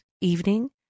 Evening